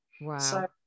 Wow